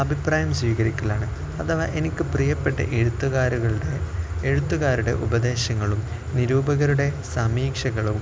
അഭിപ്രായം സ്വീകരിക്കലാണ് അഥവാ എനിക്ക് പ്രിയപ്പെട്ട എഴുത്തുകാരുടെ ഉപദേശങ്ങളും നിരൂപകരുടെ സമീക്ഷകളും